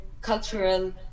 cultural